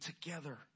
together